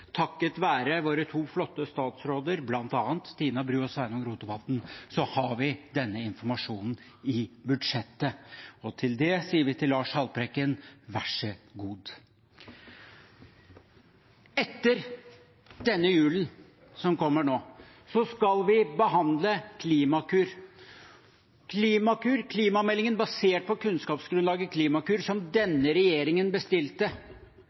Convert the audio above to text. Takket være våre to flotte statsråder bl.a., Tina Bru og Sveinung Rotevatn, har vi denne informasjonen i budsjettet. Til det sier vi til Lars Haltbrekken: Vær så god. Etter den julen som kommer nå, skal vi behandle Klimakur. Klimameldingen basert på kunnskapsgrunnlaget Klimakur, som denne regjeringen bestilte,